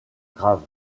grave